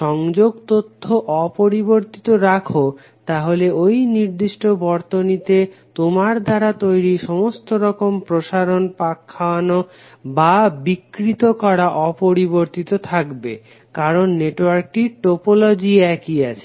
সংযোগ তথ্য অপরিবর্তিত রাখো তাহলে ঐ নির্দিষ্ট বর্তনীতে তোমার দ্বারা তৈরি সমস্ত রকম প্রসারন পাক খাওয়ানো বা বিকৃত করা অপরিবর্তিত থাকবে কারণ নেটওয়ার্কটির টোপোলজি একই আছে